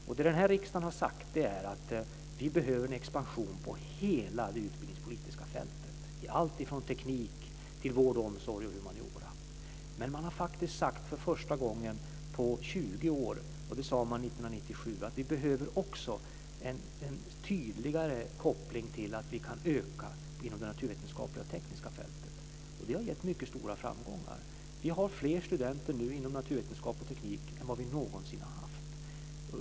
Det som den här riksdagen har sagt är att vi behöver en expansion på hela det utbildningspolitiska fältet, alltifrån teknik till vård och omsorg och humaniora. Men man har faktiskt 1997 för första gången på 20 år sagt att vi också behöver en tydligare koppling till att vi kan öka inom det naturvetenskapliga och tekniska fältet. Det har gett mycket stora framgångar. Vi har fler studenter nu inom naturvetenskap och teknik än vad vi någonsin har haft.